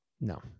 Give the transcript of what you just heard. no